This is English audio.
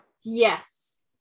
Yes